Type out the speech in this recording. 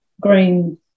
green